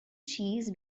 cheese